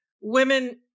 women